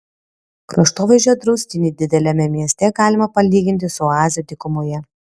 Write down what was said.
kraštovaizdžio draustinį dideliame mieste galima palyginti su oaze dykumoje